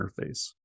interface